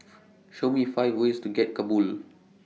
Show Me five ways to get to Kabul